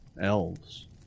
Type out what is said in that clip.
elves